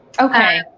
Okay